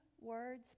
words